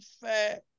fat